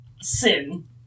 Sin